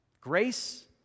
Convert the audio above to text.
Grace